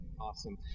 Awesome